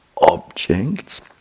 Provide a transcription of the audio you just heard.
objects